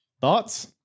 Thoughts